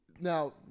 now